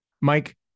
Mike